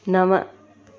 नव